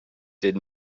did